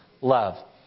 love